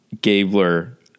Gabler